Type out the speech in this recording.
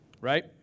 Right